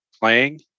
playing